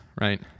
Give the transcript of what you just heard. right